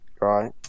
right